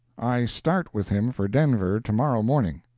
i start with him for denver to-morrow morning.